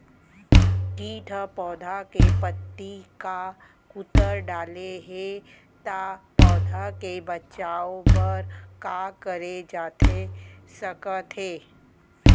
किट ह पौधा के पत्ती का कुतर डाले हे ता पौधा के बचाओ बर का करे जाथे सकत हे?